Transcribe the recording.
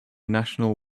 national